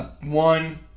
one